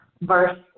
verse